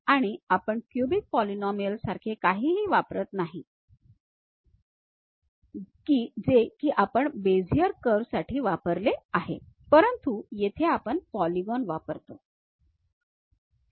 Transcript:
आणि आपण cubic polynomial सारखे काहीही वापरत नाही जे की आपण बेझियर कर्व साठी वापरले आहे परंतु येथे आपण पॉलीगॉन वापरतो